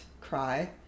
cry